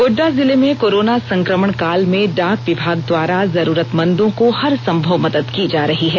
गोड्डा जिले में कोरोना संक्रमण काल में डाक विभाग द्वारा जरुरतमंदों को हरसंभव मदद की जा रही है